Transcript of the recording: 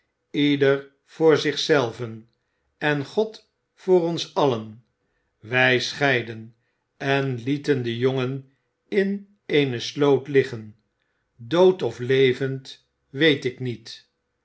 ieder voor zich zelven en god voor ons allen wij scheiden en lieten den jongen in eene sloot liggen dood of levend weet ik niet